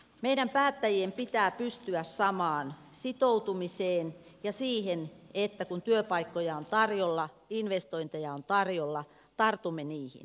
meidän päättäjien pitää pystyä samaan sitoutumiseen ja siihen että kun työpaikkoja on tarjolla investointeja on tarjolla tartumme niihin